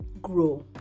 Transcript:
grow